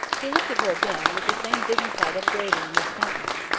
he looked at her again, with the same dignified upbraiding in his countenance.